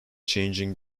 changing